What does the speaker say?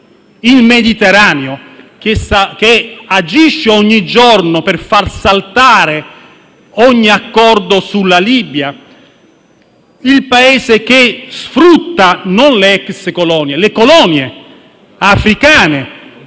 il Mediterraneo e che agisce ogni giorno per far saltare ogni accordo sulla Libia; il Paese che sfrutta non le ex colonie ma le colonie africane,